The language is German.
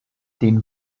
den